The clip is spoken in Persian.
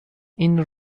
این